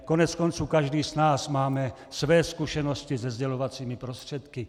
Koneckonců každý z nás máme své zkušenosti se sdělovacími prostředky.